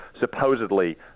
supposedly